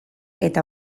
eta